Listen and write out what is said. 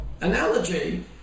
analogy